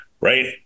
Right